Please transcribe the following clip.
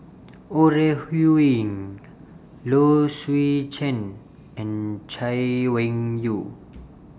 Ore Huiying Low Swee Chen and Chay Weng Yew